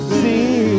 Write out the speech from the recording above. see